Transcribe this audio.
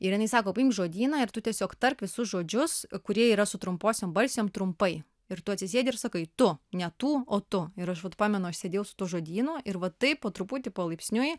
ir jinai sako paimk žodyną ir tu tiesiog tarp visus žodžius kurie yra su trumposiom balsėm trumpai ir tu atsisėdi ir sakai tu ne tų o tu ir aš pamenu aš sėdėjau su tuo žodynu ir va taip po truputį palaipsniui